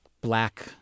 black